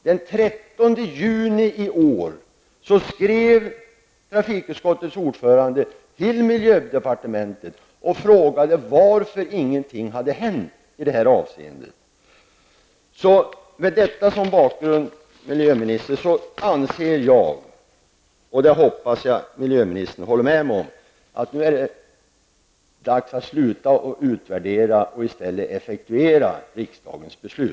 Den 13 juni i år skrev trafikutskottets ordförande till miljödepartementet och frågade varför ingenting hade hänt i det här avseendet. Med detta som bakgrund anser jag att -- jag hoppas att miljöministern håller med mig -- det nu är dags att sluta att utvärdera och i stället effektuera riksdagens beslut.